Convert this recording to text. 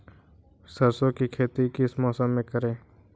सरसों की खेती किस मौसम में करें?